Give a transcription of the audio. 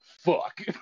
fuck